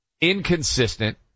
inconsistent